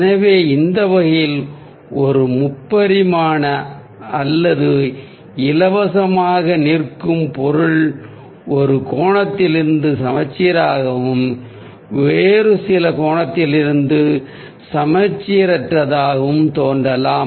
எனவே அந்த வகையில் ஒரு முப்பரிமாண அல்லது பிடிமானம் இல்லாத நிற்கும் பொருள் ஒரு கோணத்திலிருந்து சமச்சீராகவும் வேறு சில கோணத்திலிருந்து சமச்சீரற்றதாகவும் தோன்றலாம்